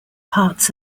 parts